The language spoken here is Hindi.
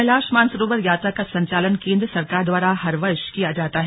कैलाश मानसरोवर यात्रा का संचालन केन्द्र सरकार द्वारा हर वर्ष किया जाता है